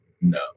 No